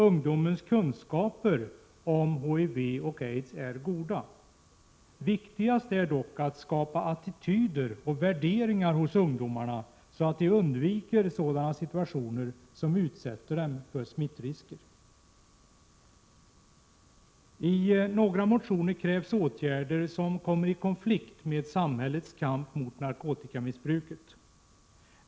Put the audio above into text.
Ungdomens kunskaper om HIV och aids är goda. Viktigast är dock att skapa attityder och värderingar hos ungdomarna så att de undviker sådana situationer som utsätter dem för smittrisker. I några motioner krävs åtgärder som kommer i konflikt med samhällets kamp mot narkotikamissbruket.